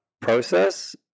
process